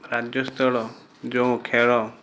ରାଜ୍ୟସ୍ଥଳ ଯୋଉଁ ଖେଳ